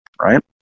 right